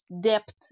depth